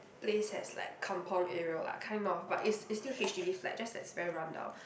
place has like kampung area lah kind of but it's it's still H_D_B flat just that it's very run-down